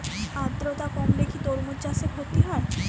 আদ্রর্তা কমলে কি তরমুজ চাষে ক্ষতি হয়?